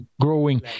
growing